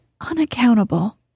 unaccountable